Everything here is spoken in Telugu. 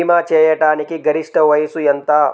భీమా చేయాటానికి గరిష్ట వయస్సు ఎంత?